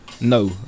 no